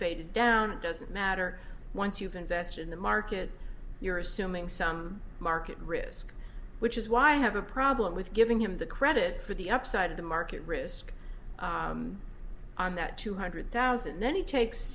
is down it doesn't matter once you've invested in the market you're assuming some market risk which is why i have a problem with giving him the credit for the upside of the market risk on that two hundred thousand then he takes